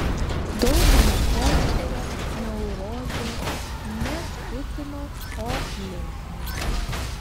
daugumą fosterio neurozė ne siutino o linksmino